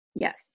Yes